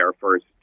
first